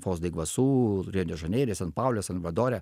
fozdaigvasu rio de žaneire san paule salvadore